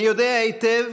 אני יודע היטב